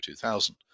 2000